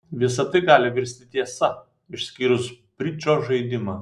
visa tai gali virsti tiesa išskyrus bridžo žaidimą